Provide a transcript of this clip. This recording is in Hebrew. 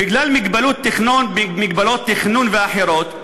בגלל מגבלות תכנון ואחרות,